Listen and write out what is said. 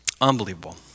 Unbelievable